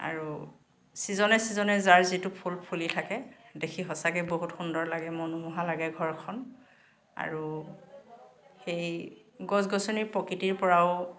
আৰু চিজনে চিজনে যাৰ যিটো ফুল ফুলি থাকে দেখি সঁচাকৈ বহুত সুন্দৰ লাগে মনোমোহা লাগে ঘৰখন আৰু সেই গছ গছনিৰ প্ৰকৃতিৰ পৰাও